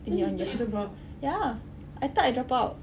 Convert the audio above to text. ya I thought I dropped out